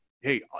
Hey